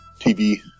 TV